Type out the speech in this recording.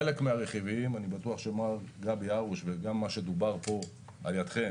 חלק מהרכיבים אני בטוח שמר גבי הרוש וגם מה שדובר פה על ידכם